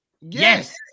Yes